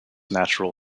natural